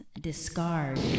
discard